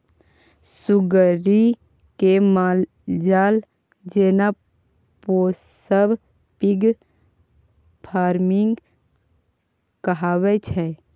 सुग्गरि केँ मालजाल जेना पोसब पिग फार्मिंग कहाबै छै